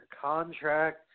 contract